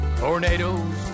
tornadoes